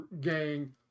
gang